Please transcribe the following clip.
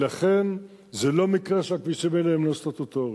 ולכן, זה לא מקרה שהכבישים האלה הם לא סטטוטוריים.